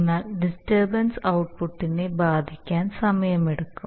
എന്നാൽ ഡിസ്റ്റർബൻസ് ഔട്ട്പുട്ടിനെ ബാധിക്കാൻ സമയമെടുക്കും